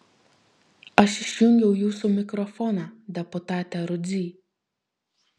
aš išjungiau jūsų mikrofoną deputate rudzy